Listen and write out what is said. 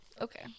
Okay